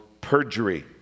perjury